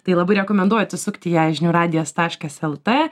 tai labai rekomenduoju atsisukti ją žinių radijas taškas lt